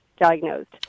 diagnosed